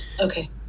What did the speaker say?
okay